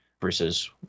versus